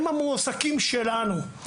הם המועסקים שלנו.